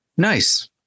Nice